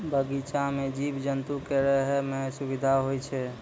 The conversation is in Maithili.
बगीचा सें जीव जंतु क रहै म सुबिधा होय छै